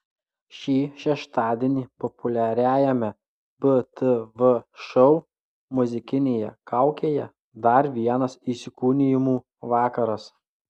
šį šeštadienį populiariajame btv šou muzikinėje kaukėje dar vienas įsikūnijimų vakaras